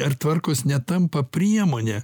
ar tvarkos netampa priemone